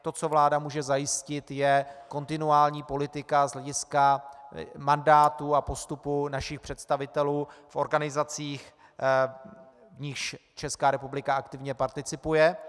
To, co vláda může zajistit, je kontinuální politika z hlediska mandátů a postupu našich představitelů v organizacích, v nichž Česká republika aktivně participuje.